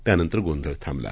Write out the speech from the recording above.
त्यानंतर गोंधळ थाबला